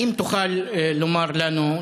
האם תוכל לומר לנו,